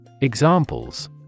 Examples